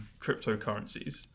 cryptocurrencies